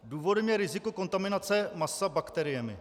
Důvodem je riziko kontaminace masa bakteriemi.